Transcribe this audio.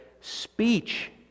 speech